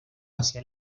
hacia